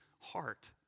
heart